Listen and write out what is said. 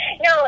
No